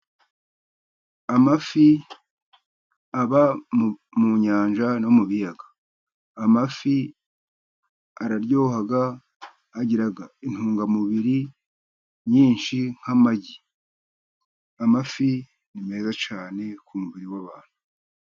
Amafi aba mu nyanja no mu biyaga, amafi araryoha, agira intungamubiri nyinshi nk'amagi, amafi ni meza cyane ku mubiri w'abantu.